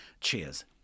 Cheers